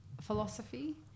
philosophy